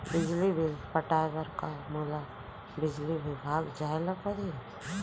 बिजली बिल पटाय बर का मोला बिजली विभाग जाय ल परही?